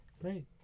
great